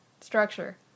structure